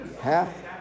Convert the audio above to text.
half